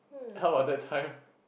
how are that time